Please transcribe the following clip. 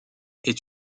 est